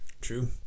True